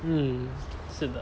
mm 是的